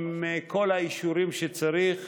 עם כל האישורים שצריך,